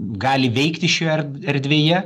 gali veikti šioje erdvėje